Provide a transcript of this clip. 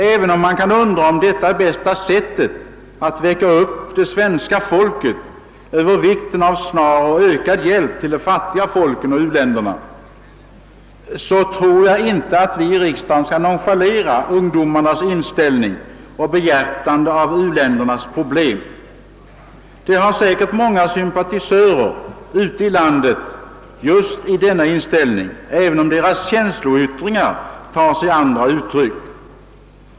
Även om man kan undra, om detta är bästa sättet att väcka upp svenska folket till insikt om vikten av snar och ökad hjälp till de fattiga folken i u-länderna, tror jag inte att vi i riksdagen bör nonchalera dessa ungdomars inställning till och behjärtande av u-ländernas problem. De har säkert många sympatisörer ute i landet just i denna inställning, även om känsloyttringarna tar sig andra uttryck.